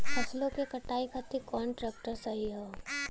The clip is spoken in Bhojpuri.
फसलों के कटाई खातिर कौन ट्रैक्टर सही ह?